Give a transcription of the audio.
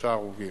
שלושה הרוגים.